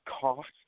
Cost